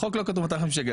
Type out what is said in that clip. בחוק לא כתוב 250 שקל.